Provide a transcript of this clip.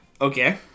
Okay